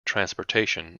transportation